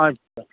আচ্ছা